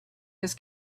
his